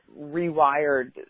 rewired